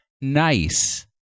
nice